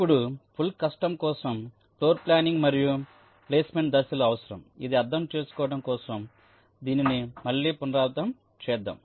ఇప్పుడు full custom కోసం floor planning మరియు ప్లేస్మెంట్ దశలు అవసరం ఇది అర్థం చేసుకోవడం కోసం దీనిని మళ్లీ పునరావృతం చేద్దాం